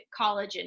collagen